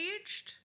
aged